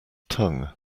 tongue